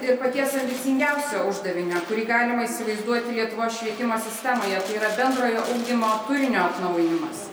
ir paties ambicingiausio uždavinio kurį galima įsivaizduoti lietuvos švietimo sistemoje tai yra bendrojo ugdymo turinio atnaujinimas